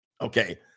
okay